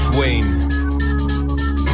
Wayne